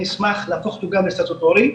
אני אשמח להפוך אותו גם לסטטוטורי,